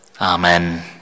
Amen